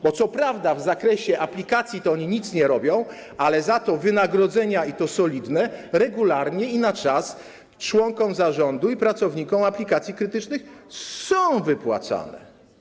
Bo co prawda w zakresie aplikacji to oni nic nie robią, ale za to wynagrodzenia, i to solidne, regularnie i na czas członkom zarządu i pracownikom Aplikacji Krytycznych są wypłacane.